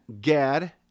Gad